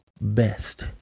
best